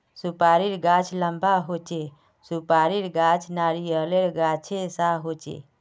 सुपारीर गाछ लंबा होचे, सुपारीर गाछ नारियालेर गाछेर सा होचे